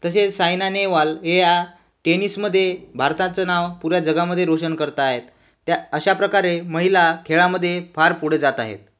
तसेच सायनाने टेनीसमध्ये भारताचं नाव पुऱ्या जगामधे रोशन करत आहेत त्या अशाप्रकारे महिला खेळामध्ये फार पुढे जात आहेत